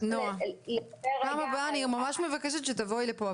בפעם הבאה אני מבקשת שתבואי לפה,